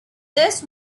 this